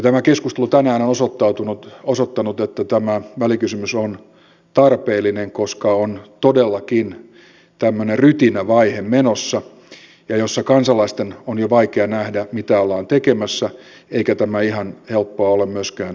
tämä keskustelu tänään on osoittanut että tämä välikysymys on tarpeellinen koska on todellakin tämmöinen rytinävaihe menossa jossa kansalaisten on jo vaikea nähdä mitä ollaan tekemässä eikä tämä ihan helppoa ole myöskään päätöksentekijöille